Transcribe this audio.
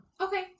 okay